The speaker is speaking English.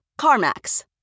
CarMax